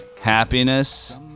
happiness